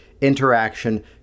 interaction